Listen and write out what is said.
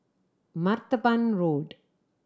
Martaban Road